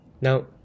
Now